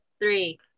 three